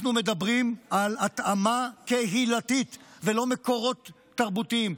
אנחנו מדברים על התאמה קהילתית ולא על מקורות תרבותיים.